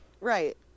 Right